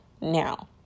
now